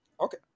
Okay